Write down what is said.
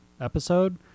episode